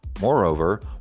Moreover